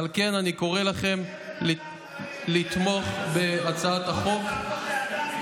ייתמו חטאים כתיב, סליחה.